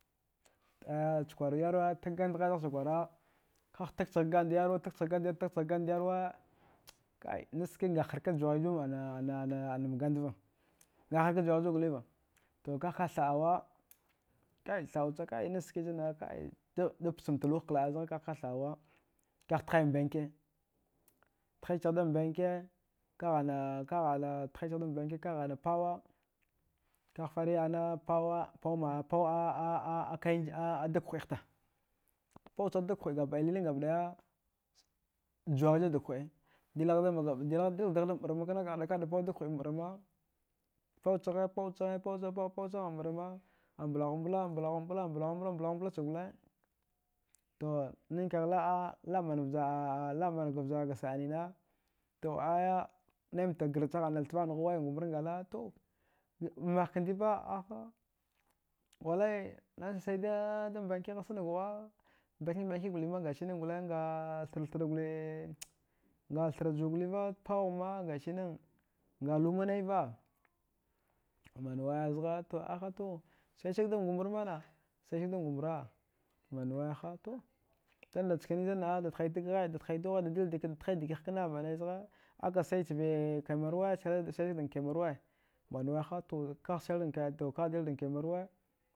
Aya chakwar yarwa tag gandghe zanghcha kwara kangh tagchagh gand yarwa tagchgh gand yarwa. kai nasske nga harka juwaghijwa ana-anan gandva nga harka jwaghi juwa guliva to kaghka thad̀awa kai thad̀uchagha kai nasske zan nd̀a kai da pchammtalwag kla. a zge kagh thad̀a kagh thidan benki, thichardan banke kagh ana-kagh ana thichaghdan banke kagh ana pawa kagh fari ana paw daghuegta pawchagh daghue gabd̀ya juwaghijuwa daghue. dilkadagaghdan ɓarmakana kaghda kada pau daghe ɓarma pawchaghe-pawchage-pawchagan ɓarma amlaghumbla mblaghumblachan gole to nghanghakagh la manga vjarga sa. anina to aya nai mta grachagh thvaghdghuwai anan gambro ngala, to maghka ndiba aha wallai nansaidan bankighe sunukghwa banki banki gulima gasinan nga thrathra gule nga thra juwa guliva pawma gashinan nga luma naiva manwe zgha, aha to saisagdan gombra mana saisagdan gombra manwe ha to tunda chikine zanna. a da thaitagghe da thaiduwaghe da dildikagh kna manwe zghe akasai chvi kemarowe saisagdan kemerowe manweha to kaghdildan kemerowe